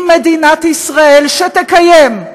היא מדינת ישראל, שתקיים,